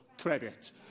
credit